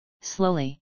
slowly